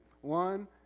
One